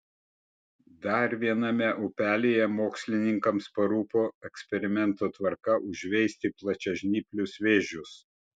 dar viename upelyje mokslininkams parūpo eksperimento tvarka užveisti plačiažnyplius vėžius